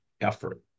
effort